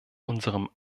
unserem